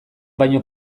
baino